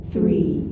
Three